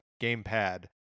gamepad